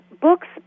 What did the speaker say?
books